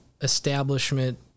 establishment